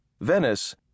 Venice